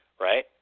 right